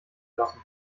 lassen